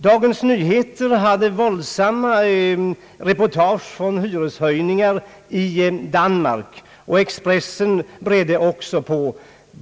Dagens Nyheter hade våldsamma reportage om hyreshöjningar i Danmark, och Expressen bredde också på.